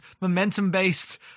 momentum-based